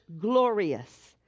glorious